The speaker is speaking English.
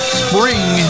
spring